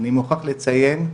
אני מוכרח לציין,